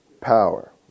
Power